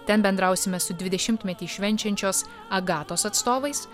ten bendrausime su dvidešimtmetį švenčiančios agatos atstovais